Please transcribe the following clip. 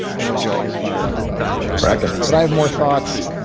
i know joel is fired up about fracking, but i have more thoughts.